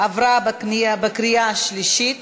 עברה בקריאה שלישית